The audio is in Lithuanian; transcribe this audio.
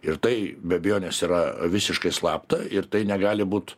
ir tai be abejonės yra visiškai slapta ir tai negali būt